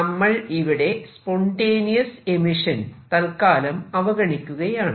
നമ്മൾ ഇവിടെ spontaneous emission തത്കാലം അവഗണിക്കുകയാണ്